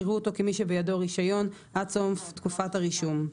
יראו אותו כמי שבידו רישיון עד סוף תקופת הרישום.